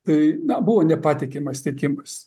tai na buvo nepatikimas tiekimas